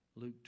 Luke